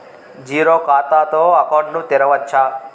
Zero ఖాతా తో account ను తెరవచ్చా?